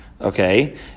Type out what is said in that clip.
Okay